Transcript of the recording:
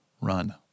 run